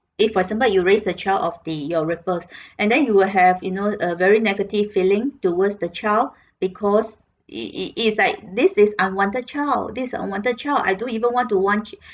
if for example you raise a child of the your raper and then you will have you know uh very negative feeling towards the child because it it is like this is unwanted child this is unwanted child I don't even want to want